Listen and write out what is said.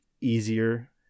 easier